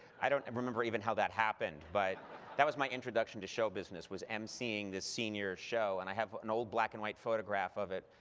i don't remember even how that happened, but that was my introduction to show business, was mc'ing seeing the senior show. and i have an old black and white photograph of it,